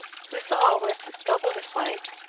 who saw, with double dislike,